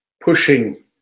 pushing